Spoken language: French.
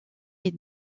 est